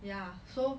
ya so